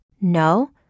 No